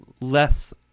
less